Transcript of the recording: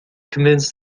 convinced